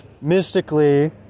mystically